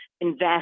invest